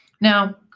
Now